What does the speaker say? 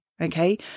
Okay